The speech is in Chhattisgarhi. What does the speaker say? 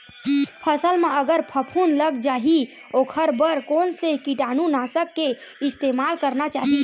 फसल म अगर फफूंद लग जा ही ओखर बर कोन से कीटानु नाशक के इस्तेमाल करना चाहि?